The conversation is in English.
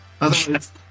Otherwise